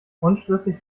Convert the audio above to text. unschlüssig